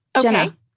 Jenna